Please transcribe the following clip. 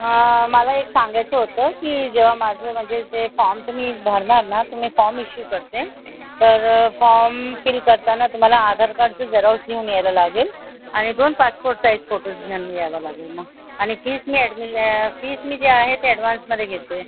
हां मला एक सांगायचं होतं की जेव्हा माझं म्हणजे ते फार्म तुम्ही भरणार ना तर मी फार्म इश्यू करते तर फॉर्म फील करताना तुम्हाला आधारकार्डचं झेरॉक्स घेऊन यायला लागेल आणि दोन पासपोर्ट साईज फोटोज घेऊन यायला लागेल मग आणि फीज मी ॲडमि फीज मी जी आहे ती ॲडव्हान्समध्ये घेते